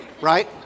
right